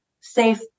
safe